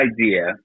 idea